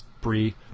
Brie